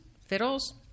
fiddles